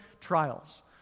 trials